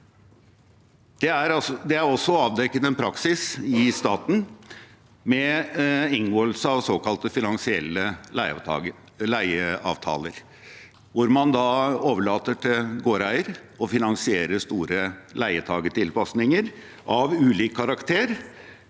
Det er også avdekket en praksis i staten med inngåelse av såkalte finansielle leieavtaler, hvor man overlater til gårdeier å finansiere store leietakertilpasninger av ulik karakter.